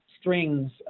strings